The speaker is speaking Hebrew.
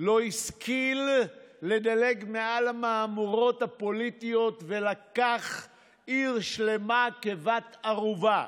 לא השכיל לדלג מעל המהמורות הפוליטיות ולקח עיר שלמה כבת ערובה.